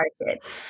market